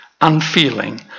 Unfeeling